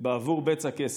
בעבור בצע כסף.